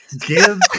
give